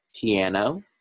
piano